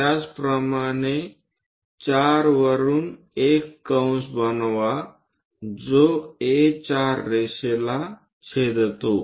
त्याचप्रमाणे 4 वरुन एक कंस बनवा जो A4 रेषेला छेदतो